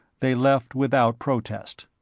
they left without protest.